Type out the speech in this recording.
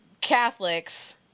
Catholics